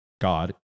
God